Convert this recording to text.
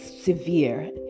severe